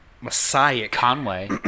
Messiah-Conway